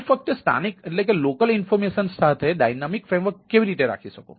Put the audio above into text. તો હું ફક્ત સ્થાનિક માહિતી સાથે ગતિશીલ માળખું કેવી રીતે રાખી શકું